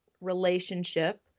relationship